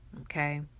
Okay